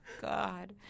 God